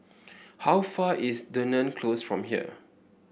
how far is Dunearn Close from here